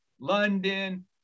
London